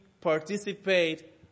participate